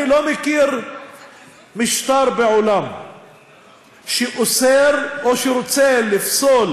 אני לא מכיר משטר בעולם שאוסר או שרוצה לפסול